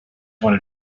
want